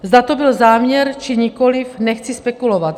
Zda to byl záměr, či nikoli, nechci spekulovat.